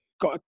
got